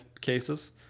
cases